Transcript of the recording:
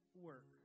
work